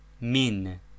Min